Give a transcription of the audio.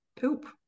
poop